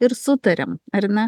ir sutariam ar ne